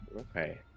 Okay